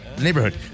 neighborhood